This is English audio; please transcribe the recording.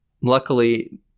Luckily